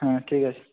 হ্যাঁ ঠিক আছে